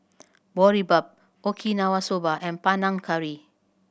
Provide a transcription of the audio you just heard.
Boribap Okinawa Soba and Panang Curry